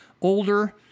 older